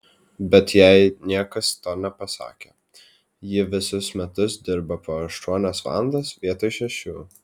bet jai niekas to nepasakė ji visus metus dirbo po aštuonias valandas vietoj šešių